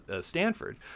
Stanford